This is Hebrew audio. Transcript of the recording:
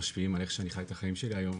משפיעים על איך שאני חי את החיים שלי היום,